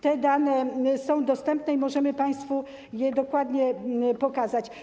Te dane są dostępne i możemy państwu je dokładnie pokazać.